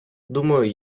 думаю